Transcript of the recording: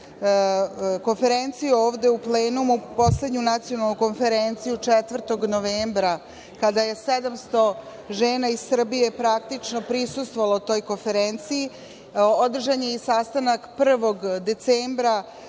konferenciju ovde u plenumu, poslednju nacionalnu konferenciju 4. novembra kada je 700 žena iz Srbije praktično prisustvovalo toj konferenciji. Održan je i sastanak 1. decembra